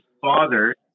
father